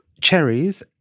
cherries